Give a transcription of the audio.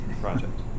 project